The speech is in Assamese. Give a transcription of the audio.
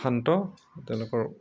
শান্ত তেওঁলোকৰ